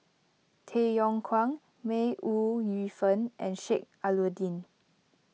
Tay Yong Kwang May Ooi Yu Fen and Sheik Alau'ddin